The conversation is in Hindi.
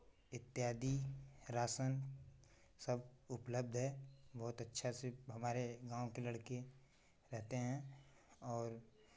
इत्यादि राशन सब उपलब्ध है बहुत अच्छा से हमारे गाँव के लड़के रहते हैं और